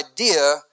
idea